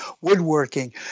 woodworking